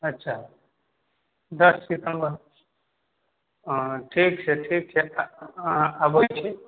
अच्छा दस सितम्बर ठीक छै ठीक छै अबै छी